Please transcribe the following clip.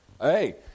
Hey